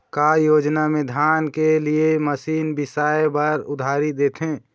का योजना मे धान के लिए मशीन बिसाए बर उधारी देथे?